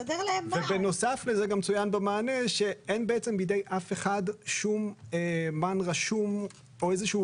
בנוסף לזה גם צוין במענה שאין בידי אף אחד מען רשום או איזשהו